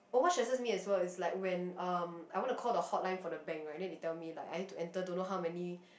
oh what stresses me as well is like when um I want to call the hotline for the bank right and they tell me like I need to enter don't know how many